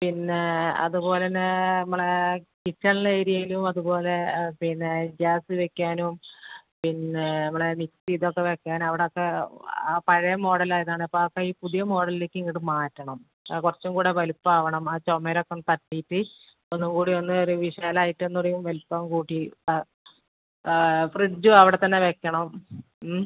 പിന്നെ അതുപോലെ തന്നെ നമ്മളെ കിച്ചണിലെ ഏരിയയിലും അതുപോലെ പിന്നെ ഗ്യാസ് വയ്ക്കാനും പിന്നെ നമ്മുടെ മിക്സി ഇതൊക്കെ വയ്ക്കാൻ അവിടെ ഒക്കെ ആ പഴയ മോഡൽ ആയതാണ് അപ്പോൾ ഈ പുതിയ മോഡലിലേക്ക് ഇങ്ങോട്ട് മാറ്റണം ആ കുറച്ചും കൂടെ വലിപ്പം ആവണം ആ ചുമരൊക്കെ തട്ടിയിട്ട് ഒന്നും കൂടി ഒന്ന് അതിവിശാലം ആയിട്ട് ഒന്നൊരു വലിപ്പം കൂട്ടി ഫ്രിഡ്ജും അവിടെത്തന്നെ വയ്ക്കണം ഉം